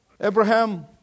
Abraham